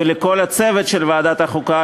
ולכל הצוות של ועדת החוקה,